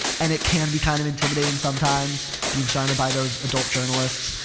and it can be kind of intimidating sometimes being so and by those adult journalists.